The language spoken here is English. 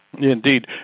Indeed